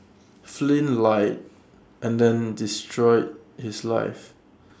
Flynn lied and they destroyed his life